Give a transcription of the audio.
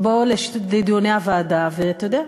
בוא לדיוני הוועדה, ואתה יודע.